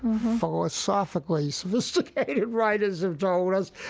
philosophically sophisticated writers have told us,